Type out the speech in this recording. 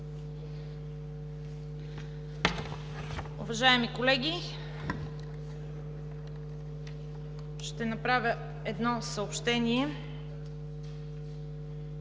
Уважаеми колеги, ще направя едно съобщение: